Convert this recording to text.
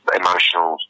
emotional